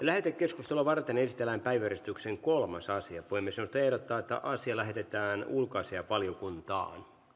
lähetekeskustelua varten esitellään päiväjärjestyksen kolmas asia puhemiesneuvosto ehdottaa että asia lähetetään ulkoasiainvaliokuntaan